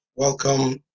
Welcome